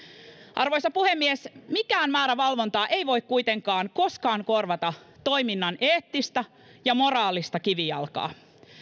arvoisa puhemies mikään määrä valvontaa ei voi kuitenkaan koskaan korvata toiminnan eettistä ja moraalista kivijalkaa